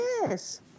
Yes